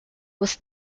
was